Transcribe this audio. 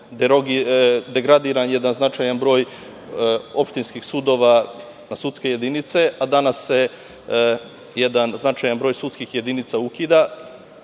degradiran jedan značajan broj opštinskih sudova na sudske jedinice, a danas se jedan značajan broj sudskih jedinica ukida,